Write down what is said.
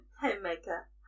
Homemaker